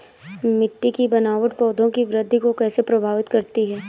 मिट्टी की बनावट पौधों की वृद्धि को कैसे प्रभावित करती है?